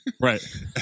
Right